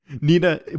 nina